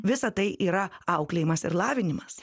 visa tai yra auklėjimas ir lavinimas